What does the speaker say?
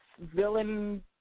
villain